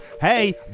Hey